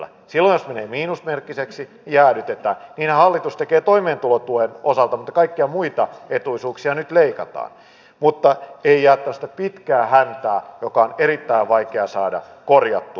silloin jos menee miinusmerkkiseksi jäädytetään niinhän hallitus tekee toimeentulotuen osalta mutta kaikkia muita etuisuuksia nyt leikataan mutta ei jää tämmöistä pitkää häntää joka on erittäin vaikea saada korjattua